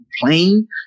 plane